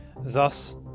thus